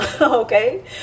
Okay